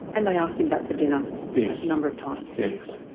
and they asked him back for dinner a number of times? yes,